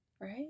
right